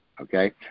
Okay